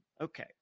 Okay